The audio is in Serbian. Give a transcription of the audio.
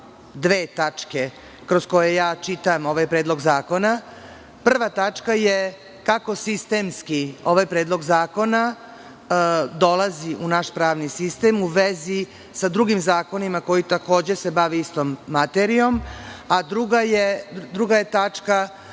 dve tačke, kroz koje ja čitam ova predlog zakona. Prva tačka je kako sistemski ovaj predlog zakona dolazi u naš pravni sistem u vezi sa drugim zakonima koji se, takođe, bave istom materijom. Druga tačka